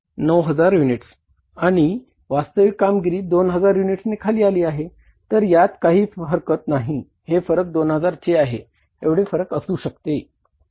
9000 units आणि वास्तविक कामगिरी 2000 युनिट्सनी खाली आली आहे तर यात काहीही हरकत नाही हे फरक 2000 चे आहे एवढे फरक असू शकते